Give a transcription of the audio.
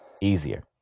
easier